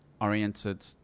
oriented